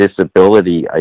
disability